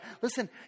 Listen